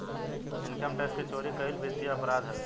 income tax के चोरी कईल वित्तीय अपराध हवे